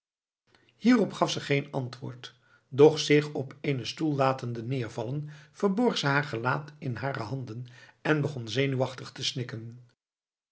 hierop gaf ze geen antwoord doch zich op eenen stoel latende neêrvallen verborg ze het gelaat in hare handen en begon zenuwachtig te snikken